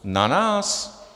Na nás?